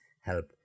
help